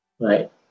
right